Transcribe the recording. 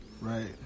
Right